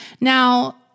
Now